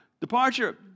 departure